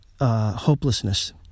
hopelessness